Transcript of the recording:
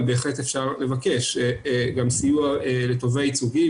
אבל בהחלט אפשר לבקש גם סיוע לתובע ייצוגי,